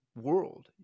world